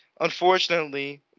unfortunately